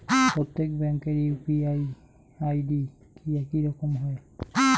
প্রত্যেক ব্যাংকের UPI ID কি একই হয়?